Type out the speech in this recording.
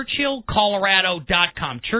churchillcolorado.com